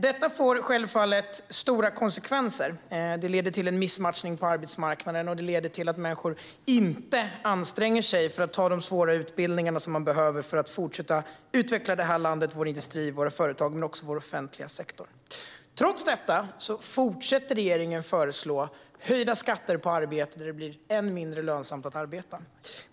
Detta får självfallet stora konsekvenser. Det leder till missmatchning på arbetsmarknaden, och det leder till att människor inte anstränger sig för att gå de svåra utbildningar som behövs för att fortsätta utveckla det här landet - vår industri och våra företag men också vår offentliga sektor. Trots detta fortsätter regeringen att föreslå höjda skatter på arbete så att det blir ännu mindre lönsamt att arbeta.